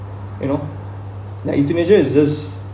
you know like euthanasia is just